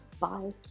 Bye